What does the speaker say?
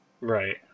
Right